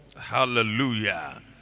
Hallelujah